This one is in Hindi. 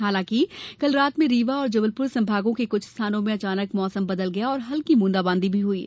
हालांकि कल रात में रीवा और जबलपुर संभागों के कुछ स्थानों में अचानक मौसम बदल गया और हल्की ब्रंदाबांदी भी हुयी